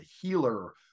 healer